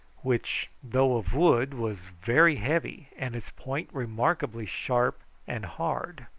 which, though of wood, was very heavy, and its point remarkably sharp and hard.